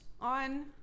on